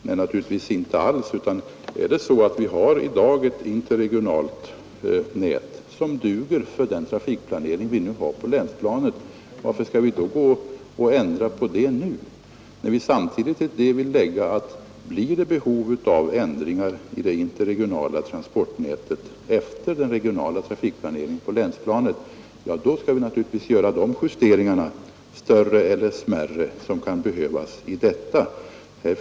Det är det inte alls. Om vi i dag har ett interregionalt nät som duger för trafikplaneringen på länsplanet, varför skall vi då ändra på det nu, när vi samtidigt säger att om det uppstår behov av ändringar i det interregionala transportnätet efter den regionala trafikplaneringen på länsplanet så skall vi naturligtvis göra de större eller mindre justeringar som kan vara nödvändiga.